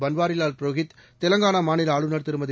பன்வாரிலால் புரோஹித் தெலங்கானா மாநில ஆளுநர் திருமதி